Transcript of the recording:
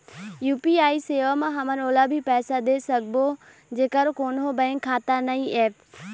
UPI सेवा म हमन ओला भी पैसा दे सकबो जेकर कोन्हो बैंक खाता नई ऐप?